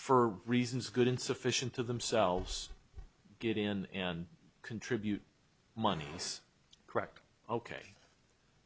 for reasons good and sufficient to themselves get in and contribute money yes correct ok